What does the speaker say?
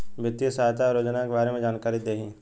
वित्तीय सहायता और योजना के बारे में जानकारी देही?